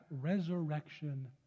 resurrection